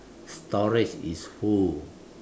storage is full